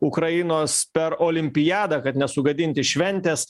ukrainos per olimpiadą kad nesugadinti šventės